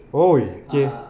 !oi! okay